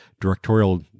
directorial